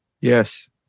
Yes